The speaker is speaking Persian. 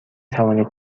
توانید